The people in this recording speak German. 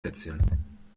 plätzchen